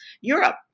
Europe